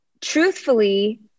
truthfully